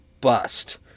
bust